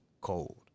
cold